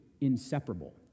inseparable